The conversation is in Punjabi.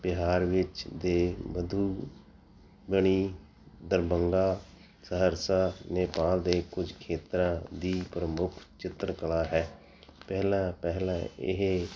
ਬਿਹਾਰ ਵਿੱਚ ਦੇ ਮਧੂ ਮਣੀ ਦਰਬੰਗਾ ਸਹਰਸਾ ਨੇਪਾਲ ਦੇ ਕੁਝ ਖੇਤਰਾਂ ਦੀ ਪ੍ਰਮੁੱਖ ਚਿੱਤਰਕਲਾ ਹੈ ਪਹਿਲਾਂ ਪਹਿਲਾ ਇਹ